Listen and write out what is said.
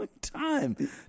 time